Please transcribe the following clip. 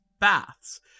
baths